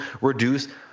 reduce